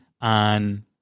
on